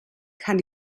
kann